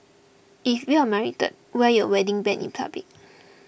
if you're married wear your wedding band in public